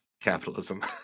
capitalism